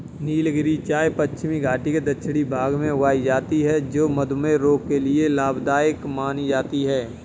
नीलगिरी चाय पश्चिमी घाटी के दक्षिणी भाग में उगाई जाती है जो मधुमेह रोग के लिए लाभदायक मानी जाती है